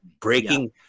breaking